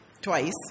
twice